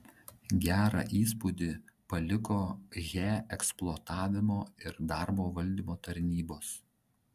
gerą įspūdį paliko he eksploatavimo ir darbo valdymo tarnybos